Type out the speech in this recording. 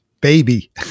baby